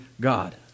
God